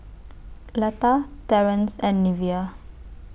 Letta Terance and Neveah